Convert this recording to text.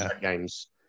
games